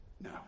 No